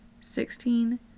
Sixteen